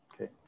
okay